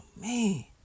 man